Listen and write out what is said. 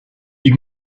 you